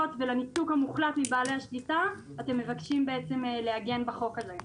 ולניתוק המוחלט מבעלי השליטה אתם מבקשים לעגן בחוק הזה.